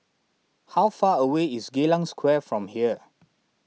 how far away is Geylang Square from here